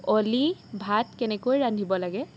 অ'লি ভাত কেনেকৈ ৰান্ধিব লাগে